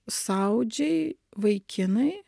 saudžiai vaikinai